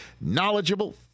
knowledgeable